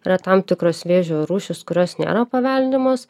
yra tam tikros vėžio rūšys kurios nėra paveldimos